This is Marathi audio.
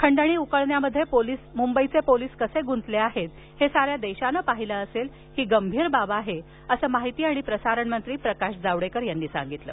खंडणी उकळण्यामध्ये मुंबई पोलीस कसे गुंतले आहेत हे साऱ्या देशानं पाहिलं असेल ही गंभीर बाब आहे असं माहिती आणि प्रसारण मंत्री प्रकाश जावडेकर म्हणाले